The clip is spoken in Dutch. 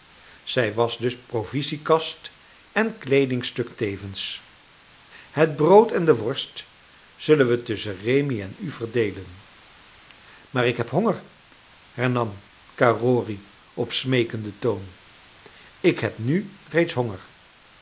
zij was dus provisiekast en kleedingstuk tevens het brood en de worst zullen we tusschen rémi en u verdeelen maar ik heb honger hernam carrory op smeekenden toon ik heb nu reeds honger